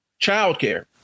childcare